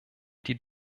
die